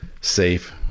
safe